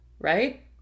Right